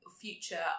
future